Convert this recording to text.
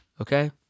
Okay